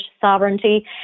sovereignty